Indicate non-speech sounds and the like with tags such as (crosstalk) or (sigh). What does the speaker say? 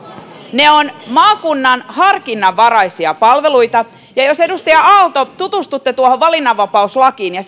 ne ovat maakunnan harkinnanvaraisia palveluita ja jos edustaja aalto tutustutte tuohon valinnanvapauslakiin ja (unintelligible)